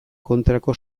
kontrako